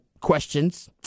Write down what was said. questions